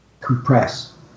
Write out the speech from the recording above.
compress